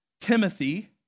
Timothy